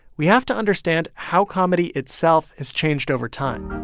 we have to understand how comedy itself has changed over time